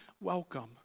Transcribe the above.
welcome